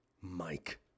Mike